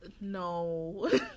no